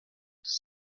des